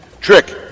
Trick